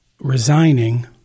resigning